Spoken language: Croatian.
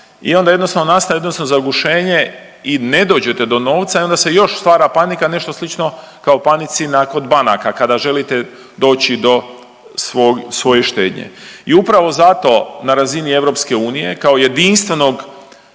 i onda jednostavno nastane jedno zagušenje i ne dođete do novca i onda se još stvara panika, nešto slično kao panici kod banaka kada želite doći do svoje štednje. I upravo zato na razini EU kao jedinstvenog